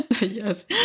yes